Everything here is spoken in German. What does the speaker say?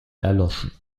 erloschen